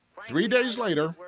three days later,